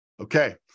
Okay